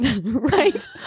Right